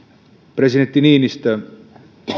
presidentti niinistö